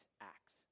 Acts